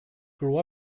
grew